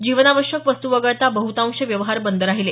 जीवनावश्यक वस्तू वगळता बहुतांश व्यवहार बंद राहिले